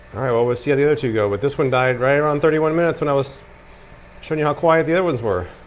we'll we'll see how the other two go, but this one died right around thirty one minutes when i was showing you how quiet the other ones were.